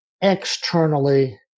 externally